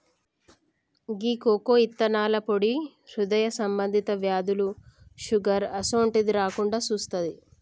గీ cocoa ఇత్తనాల పొడి హృదయ సంబంధి వ్యాధులు, షుగర్ అసోంటిది రాకుండా సుత్తాది